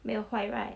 没有坏 right